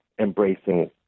embracing